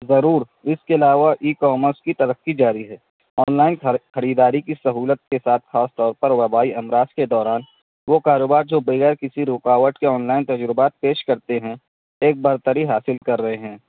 ضرور اس کے علاوہ ای کومرس کی ترقی جاری ہے آنلائن خر خریداری کی سہولت کے ساتھ خاص طور پر وبائی امراض کے دوران وہ کاروبار جو بغیر کسی رکاوٹ کے آنلائن تجربات پیش کرتے ہیں ایک برتری حاصل کر رہے ہیں